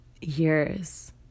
years